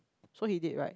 so he did right